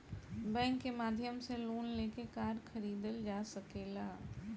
bank के माध्यम से लोन लेके कार खरीदल जा सकेला